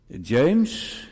James